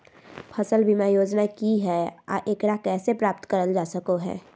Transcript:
फसल बीमा योजना की हय आ एकरा कैसे प्राप्त करल जा सकों हय?